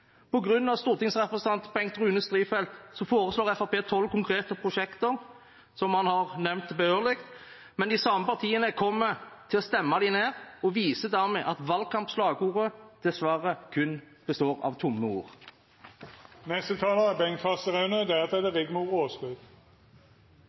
stortingsrepresentant Bengt Rune Strifeldt foreslår Fremskrittspartiet tolv konkrete prosjekter, som han har nevnt behørig. Men de samme partiene kommer til å stemme dem ned og viser dermed at valgkampslagordet dessverre kun består av tomme ord. Senterpartiet mener det er